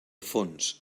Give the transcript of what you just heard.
fons